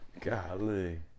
Golly